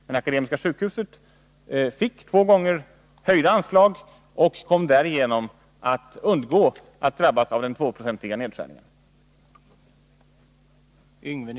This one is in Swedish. Men Akademiska sjukhuset fick två gånger höjda anslag och kom därigenom att undgå att drabbas av den 2-procentiga nedskärningen.